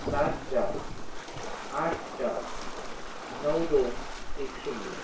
सात चार आठ चार नऊ दोन एक शून्य